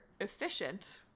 efficient